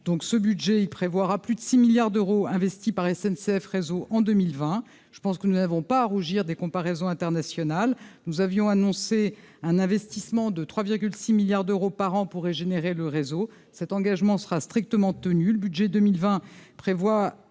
ce budget il prévoira plus de 6 milliards d'euros investis par SNCF réseau en 2020, je pense que nous n'avons pas à rougir des comparaisons internationales, nous avions annoncé un investissement de 3,6 milliards d'euros par an pour régénérer le réseau cet engagement sera strictement tenu le budget 2020 prévoit